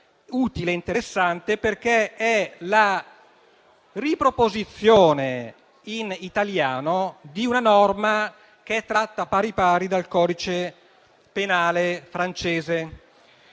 utile e interessante perché è la riproposizione in italiano di una norma tratta dal codice penale francese,